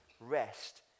rest